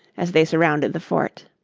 as they surrounded the fort.